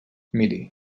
miri